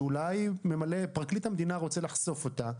שאולי ממלא מקום פרקליט המדינה רוצה לחשוף אותה,